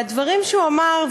הדברים שהוא אמר,